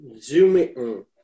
zooming